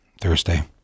Thursday